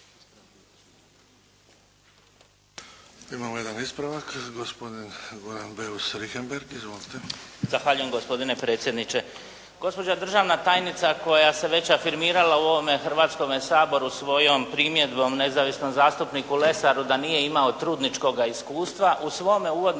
Imamo jedan ispravak, gospodin Goran Beus Richembergh. Izvolite. **Beus Richembergh, Goran (HNS)** Zahvaljujem, gospodine predsjedniče. Gospođa državna tajnica koja se već afirmirala u ovome Hrvatskome saboru svojom primjedbom nezavisnom zastupniku Lesaru da nije imao trudničkoga iskustva u svome uvodnom